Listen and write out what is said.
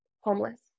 homeless